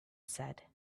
said